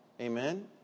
Amen